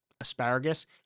asparagus